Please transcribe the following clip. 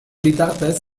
bitartez